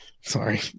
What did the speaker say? Sorry